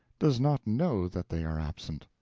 does not know that they are absent,